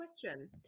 question